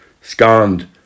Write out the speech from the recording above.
scanned